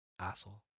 Asshole